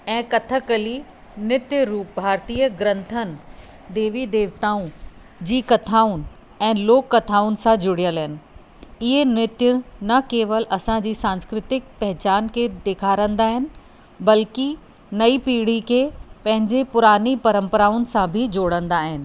ऐं कथकली नृत्य रुप भारतीय ग्रंथनि देवी देवताऊं जी कथाउनि ऐं लोक कथाउनि सां जुड़ियल आहिनि इहे नृत्य न केवल असांजी सांस्कृतिक पहिचान खे ॾेखारंदा आहिनि बल्कि नई पीढ़ी खे पंहिंजे पुराणी परंपराउनि सां बि जोड़ंदा आहिनि